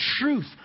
truth